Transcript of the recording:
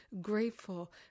grateful